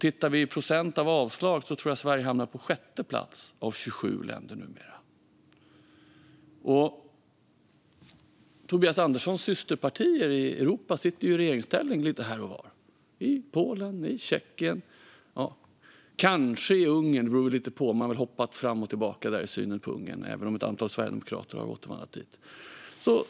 I procent av avslag tror jag att Sverige numera hamnar på sjätte plats av 27 länder. Tobias Anderssons systerpartier i Europa sitter i regeringsställning lite här och var, i Polen, Tjeckien och kanske Ungern - det beror lite på. Man har ju hoppat lite fram och tillbaka i synen på Ungern, även om ett antal sverigedemokrater har återvandrat dit.